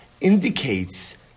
indicates